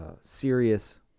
serious